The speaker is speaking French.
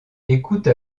écoute